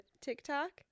tiktok